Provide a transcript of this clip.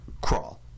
crawl